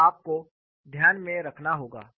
यह आपको ध्यान में रखना होगा